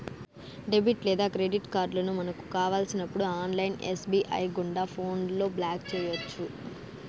debit లేదా credit కార్డులను మనకు కావలసినప్పుడు ఆన్లైన్ ఎస్.బి.ఐ గుండా ఫోన్లో బ్లాక్ చేయొచ్చు